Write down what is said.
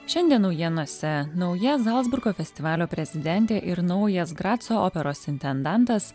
šiandien naujienose nauja zalcburgo festivalio prezidentė ir naujas graco operos intendantas